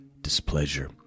displeasure